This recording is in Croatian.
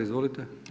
Izvolite.